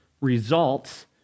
results